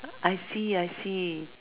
I see I see